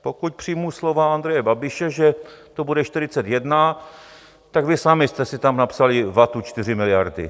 Pokud přijmu slova Andreje Babiše, že to bude 41, tak vy sami jste si tam napsali vatu 4 miliardy.